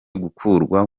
gukurwa